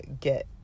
get